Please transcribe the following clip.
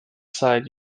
side